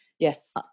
Yes